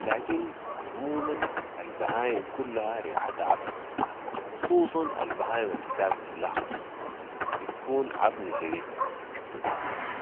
لكن عموماً البهايم كلها ريحتها عفنه و خصوصا البهايم البتاكل اللحم بتكون عفنه شديد